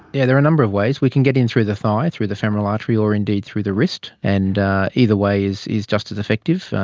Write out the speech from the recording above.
yeah there are a number of ways. we can get in through the thigh, through the femoral artery, or indeed through the wrist. and either way is just as effective,